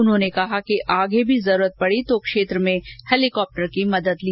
उन्होंने कहा कि आगे भी जरूरत पड़ी तो क्षेत्र में हेलीकॉप्टर की मदद ली जाएगी